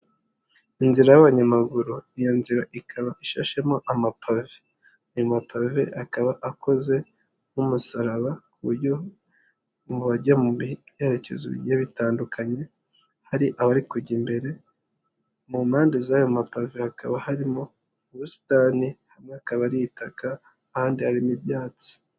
Inzira y'abanyamaguru, iyo nzira ikaba ishashemo amapave. Ayo mapave akaba akoze nk'umusaraba ku buryo mu bajya mu byerekezo bigiye bitandukanye, hari abari kujya imbere, mu mpande z'ayo mapave hakaba harimo ubusitani, hamwe akaba ari itaka ahandi harimo ibyatsi.